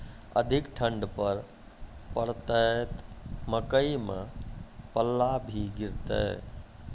अधिक ठंड पर पड़तैत मकई मां पल्ला भी गिरते?